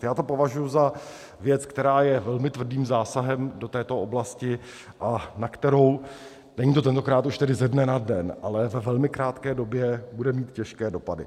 Já to považuji za věc, která je velmi tvrdým zásahem do této oblasti, na kterou není to tentokrát už tedy ze dne na den ale ve velmi krátké době bude mít těžké dopady.